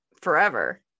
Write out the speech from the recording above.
forever